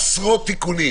עשרות תיקונים